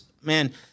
man